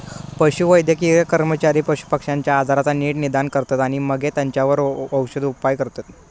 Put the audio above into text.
पशुवैद्यकीय कर्मचारी पशुपक्ष्यांच्या आजाराचा नीट निदान करतत आणि मगे तेंच्यावर औषदउपाय करतत